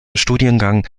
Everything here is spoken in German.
studiengang